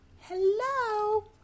hello